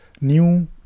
new